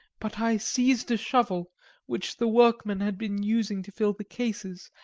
but i seized a shovel which the workmen had been using to fill the cases,